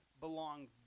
belong